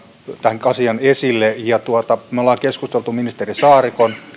tämän asian esille ja me olemme keskustelleet ministeri saarikon kanssa